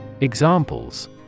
Examples